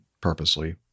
purposely